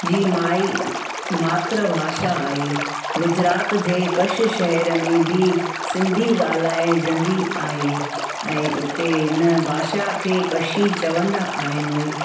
जी माई मातृभाषा आहे गुज़रात जे कच्छ शहर में बि सिंधी ॻाल्हाइजंदी आहे ऐं हुते हिन भाषा खे कच्छी चवंदा आहिनि